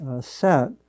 set